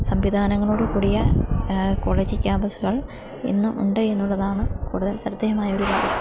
സംവിധാനങ്ങളോടു കൂടിയ കോളേജിൽ ക്യാമ്പസുകൾ എന്നും ഉണ്ട് എന്നുള്ളതാണ് കൂടുതൽ ശ്രദ്ധേയമായ ഒരു കാര്യം